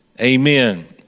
Amen